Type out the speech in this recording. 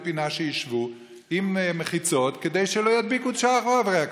שישבו באיזו פינה עם מחיצות כדי שלא ידביקו את שאר חברי הכנסת.